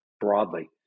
broadly